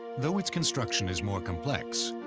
though its construction is more complex,